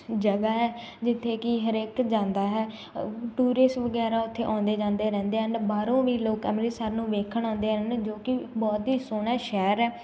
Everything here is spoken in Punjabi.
ਜਗ੍ਹਾ ਹੈ ਜਿੱਥੇ ਕਿ ਹਰੇਕ ਜਾਂਦਾ ਹੈ ਟੂਰਿਸਟ ਵਗੈਰਾ ਉੱਥੇ ਆਉਂਦੇ ਜਾਂਦੇ ਰਹਿੰਦੇ ਹਨ ਬਾਹਰੋਂ ਵੀ ਲੋਕ ਅੰਮ੍ਰਿਤਸਰ ਨੂੰ ਵੇਖਣ ਆਉਂਦੇ ਹਨ ਜੋ ਕਿ ਬਹੁਤ ਹੀ ਸੋਹਣਾ ਸ਼ਹਿਰ ਹੈ